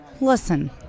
Listen